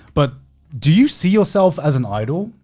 but do you see yourself as an idol?